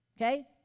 Okay